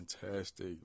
fantastic